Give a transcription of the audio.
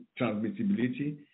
transmissibility